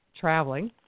traveling